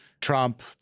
Trump